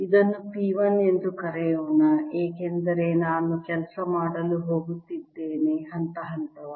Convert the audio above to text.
ಇದನ್ನು P 1 ಎಂದು ಕರೆಯೋಣ ಏಕೆಂದರೆ ನಾನು ಕೆಲಸ ಮಾಡಲು ಹೋಗುತ್ತಿದ್ದೇನೆ ಹಂತ ಹಂತವಾಗಿ